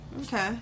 okay